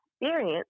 experience